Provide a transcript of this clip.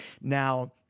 Now